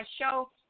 show